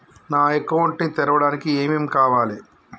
నా అకౌంట్ ని తెరవడానికి ఏం ఏం కావాలే?